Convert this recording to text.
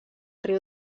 riu